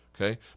okay